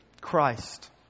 Christ